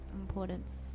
importance